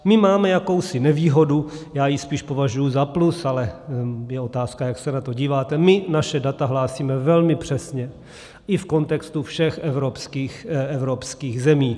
My máme jakousi nevýhodu, já ji spíš považuji za plus, ale je otázka, jak se na to díváte, my naše data hlásíme velmi přesně i v kontextu všech evropských zemí.